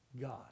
God